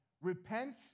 Repent